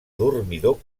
dormidor